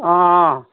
অ'